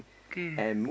okay